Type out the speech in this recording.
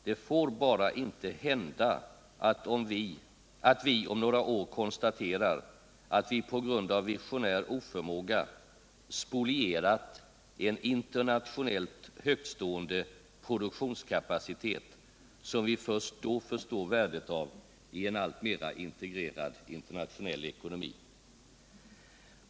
Det får bara inte hända att vi om några år konstaterar att vi på grund av visionär oförmåga spolierat en internationellt högtstående produktionskapacitet, som vi först då förstår värdet av i en allt mera integrerad internationell ekonomi.